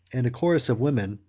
and a chorus of women,